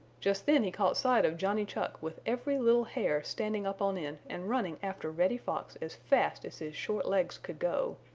just then he caught sight of johnny chuck with every little hair standing up on end and running after reddy fox as fast as his short legs could go.